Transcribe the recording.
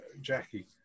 Jackie